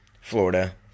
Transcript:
Florida